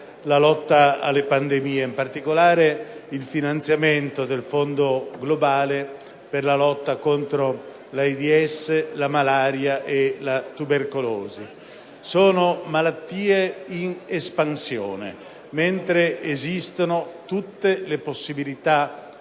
la lotta alle pandemie e, in particolare, il finanziamento del Fondo globale per la lotta contro l'AIDS, la malaria e la tubercolosi. Si tratta di malattie in espansione, mentre esistono tutte le possibilità